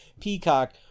Peacock